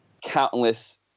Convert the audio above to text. countless